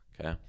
Okay